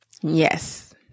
Yes